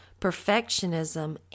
perfectionism